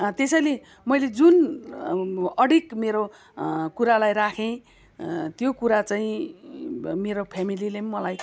त्यसैले मैले जुन अडिक मेरो कुरालाई राखेँ त्यो कुरा चाहिँ मेरो फ्यामेलीले पनि मलाई